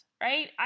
right